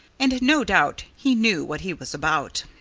and no doubt he knew what he was about.